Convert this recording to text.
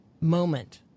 moment